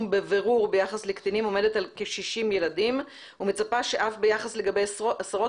'בבירור' ביחס לקטינים עומדת על כ-60 ילדים ומצפה שאף ביחס לגבי עשרות